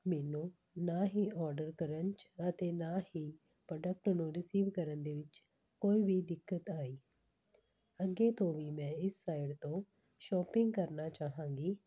ਮੈਨੂੰ ਨਾ ਹੀ ਔਡਰ ਕਰਨ 'ਚ ਅਤੇ ਨਾ ਹੀ ਪ੍ਰੋਡਕਟ ਨੂੰ ਰਿਸੀਵ ਕਰਨ ਦੇ ਵਿੱਚ ਕੋਈ ਵੀ ਦਿੱਕਤ ਆਈ ਅੱਗੇ ਤੋਂ ਵੀ ਮੈਂ ਇਸ ਸਾਈਟ ਤੋਂ ਸ਼ੋਪਿੰਗ ਕਰਨਾ ਚਾਹਾਂਗੀ